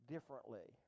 Differently